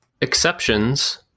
Exceptions